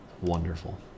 Wonderful